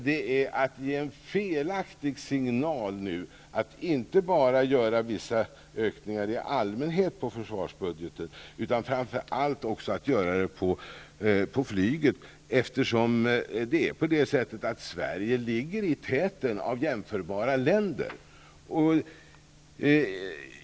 Det är att ge en felaktig signal att inte bara vidta vissa allmänna ökningar i försvarsbudgeten utan framför allt när det gäller flyget. Sverige ligger i täten av jämförbara länder.